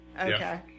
Okay